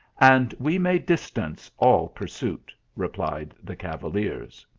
and we may distance all pursuit, replied the cavaliers.